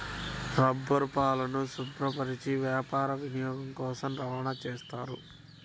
రబ్బరుపాలను శుభ్రపరచి వ్యాపార వినియోగం కోసం రవాణా చేస్తారు